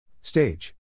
Stage